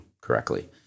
correctly